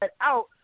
out